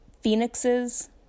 phoenixes